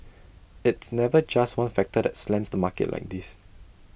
it's never just one factor that slams the market like this